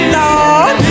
Lord